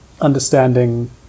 understanding